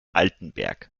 altenberg